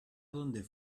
donde